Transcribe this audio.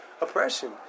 oppression